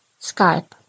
Skype